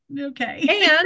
Okay